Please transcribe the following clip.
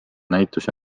näituse